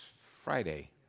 Friday